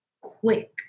quick